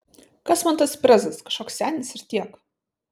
kas man tas prezas kažkoks senis ir tiek